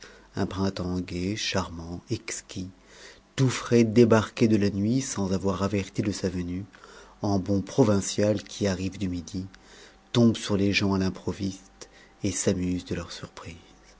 un printemps gai charmant exquis tout frais débarqué de la nuit sans avoir averti de sa venue en bon provincial qui arrive du midi tombe sur les gens à l'improviste et s'amuse de leur surprise